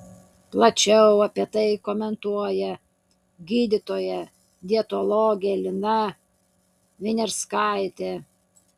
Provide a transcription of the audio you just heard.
plačiau apie tai komentuoja gydytoja dietologė lina viniarskaitė